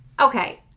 okay